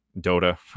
Dota